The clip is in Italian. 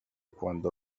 quando